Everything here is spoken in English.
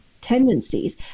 tendencies